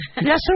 Yes